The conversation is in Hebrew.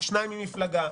שניים ממפלגה,